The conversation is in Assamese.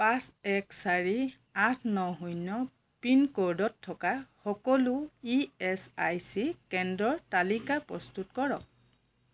পাঁচ এক চাৰি আঠ ন শূন্য পিনক'ডত থকা সকলো ই এছ আই চি কেন্দ্ৰৰ তালিকা প্ৰস্তুত কৰক